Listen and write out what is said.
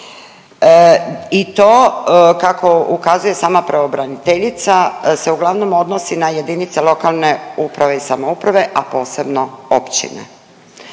i to kako ukazuje sama pravobraniteljica se uglavnom odnosi na jedinice lokalne uprave i samouprave, a posebno općine.